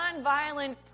nonviolent